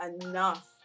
enough